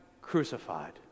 crucified